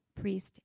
priest